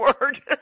word